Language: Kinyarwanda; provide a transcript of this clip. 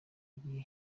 gihe